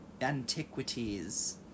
antiquities